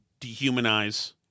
dehumanize